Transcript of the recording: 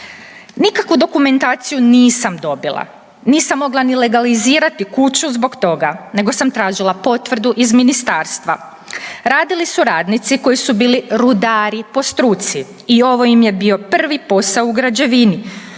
„Nikakvu dokumentaciju nisam dobila. Nisam mogla ni legalizirati kuću zbog toga, nego sam tražila potvrdu iz Ministarstva. Radili su radnici koji su bili rudari po struci i ovo im je bio prvi posao u građevini.